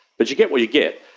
but you get what you get.